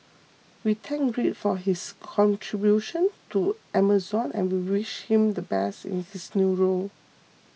we thank Greg for his contribution to Amazon and wish him the best in his new role